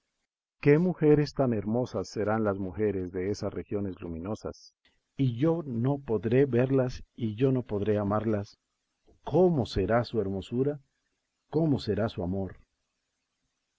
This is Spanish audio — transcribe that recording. qué mujeres tan hermosas serán las mujeres de esas regiones luminosas y yo no podré verlas y yo no podré amarlas cómo será su hermosura cómo será su amor